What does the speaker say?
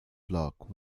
block